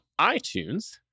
iTunes